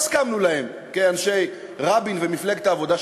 כאנשי רבין ומפלגת העבודה,